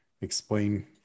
explain